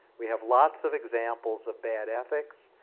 we have lots of examples of bad ethics,